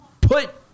Put